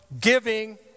giving